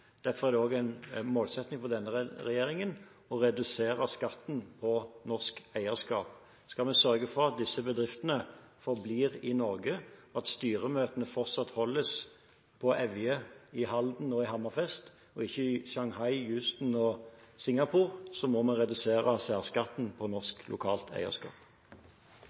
Derfor er det en målsetting for denne regjeringen å redusere skatten på norsk eierskap. Skal vi sørge for at bedriftene forblir i Norge, at styremøtene fortsatt holdes på Evje, i Halden og i Hammerfest og ikke i Shanghai, i Houston og i Singapore, må vi redusere særskatten på norsk lokalt eierskap.